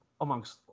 amongst